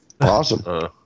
Awesome